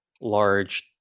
Large